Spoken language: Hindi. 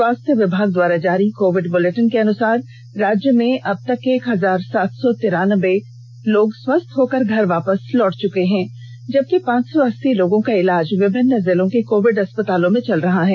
स्वास्थ्य विभाग द्वारा जारी कोविड बुलेटिन के अनुसार राज्य में अब तक एक हजार सात सौ तिरानब्बे लोग स्वस्थ होकर घर वापस लौट चुके है जबकि पांच सौ अस्सी लोगों का इलाज विभिन्न जिलों के कोविड अस्पताल में चल रहा है